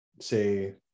say